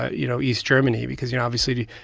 you know, east germany because, obviously,